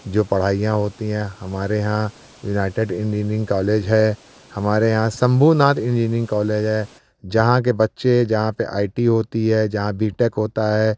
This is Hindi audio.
जो पढ़ाइयाँ होती हैं हमारे यहाँ यूनाइटेड इंजीनियरिंग कॉलेज है हमारे यहाँ सम्भूनाथ इंजीनियरिंग कॉलेज है जहाँ के बच्चे जहाँ पर आई टी होती है जहाँ बी टेक होता है